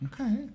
Okay